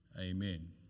Amen